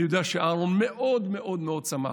אני יודע שאהרן מאוד מאוד שמח,